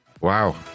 Wow